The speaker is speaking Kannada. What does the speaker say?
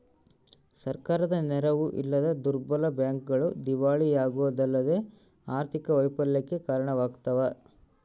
ಸರ್ಕಾರದ ನೆರವು ಇಲ್ಲದ ದುರ್ಬಲ ಬ್ಯಾಂಕ್ಗಳು ದಿವಾಳಿಯಾಗೋದಲ್ಲದೆ ಆರ್ಥಿಕ ವೈಫಲ್ಯಕ್ಕೆ ಕಾರಣವಾಗ್ತವ